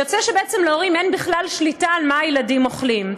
יוצא שלהורים אין בכלל שליטה על מה הילדים אוכלים.